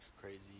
crazy